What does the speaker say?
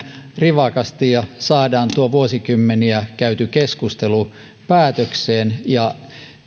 rivakasti ja saadaan tuo vuosikymmeniä käyty keskustelu päätökseen